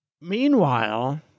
meanwhile